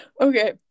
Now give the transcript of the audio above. Okay